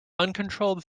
uncontrolled